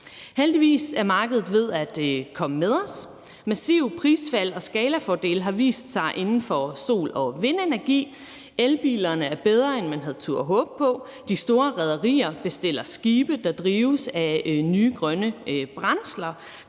Heldigvis er markedet ved at komme med os. Massive prisfald og skalafordele har vist sig inden for sol- og vindenergi; elbilerne er bedre, end man havde turdet håbe på; og de store rederier bestiller skibe, der drives af nye grønne brændsler,